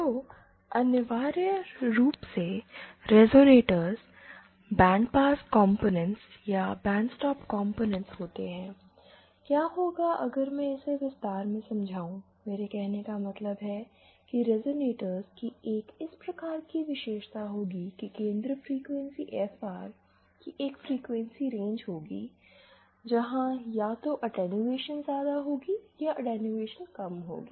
तो अनिवार्य रूप से रिजोनेटर्स बैंड पास कॉम्पोनेंट्स या बैंड स्टॉप कॉम्पोनेंट्स होते हैं क्या होगा अगर मैं इसे विस्तार से समझाऊं मेरे कहने का मतलब है कि रिजोनेटर की एक इस प्रकार की विशेषता होगी की केंद्र फ्रीक्वेंसी एफआर की एक फ्रीक्वेंसी रेंज होगी जहां या तो अटैंयुएशन ज्यादा होगी या अटैंयुएशन कम होगी